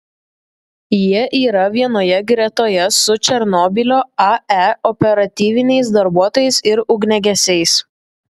jie yra vienoje gretoje su černobylio ae operatyviniais darbuotojais ir ugniagesiais